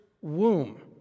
womb